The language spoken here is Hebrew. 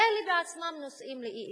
אלה בעצמם נושאים לאי-אמון.